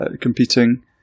competing